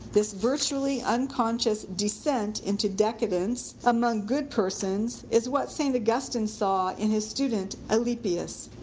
this virtually unconscious descent into decadence among good persons is what st. augustine saw in his student alypius.